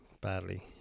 badly